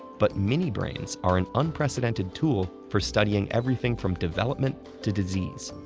but mini brains are an unprecedented tool for studying everything from development to disease.